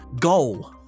Goal